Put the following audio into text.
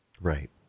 Right